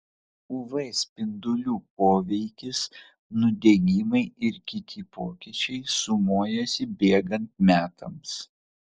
uv spindulių poveikis nudegimai ir kiti pokyčiai sumuojasi bėgant metams